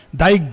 thy